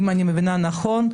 אם אני מבינה נכון,